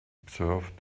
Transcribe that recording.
observe